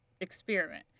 experiment